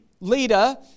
leader